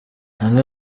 amwe